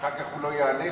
אחר כך הוא לא יענה לי.